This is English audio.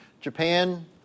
Japan